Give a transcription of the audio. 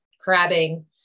crabbing